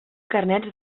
carnets